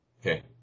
Okay